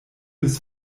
bis